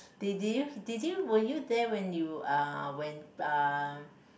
did you did you were you there when you uh when uh